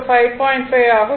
5 ஆகும்